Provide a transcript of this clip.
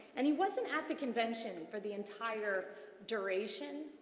and, he wasn't at the convention for the entire duration.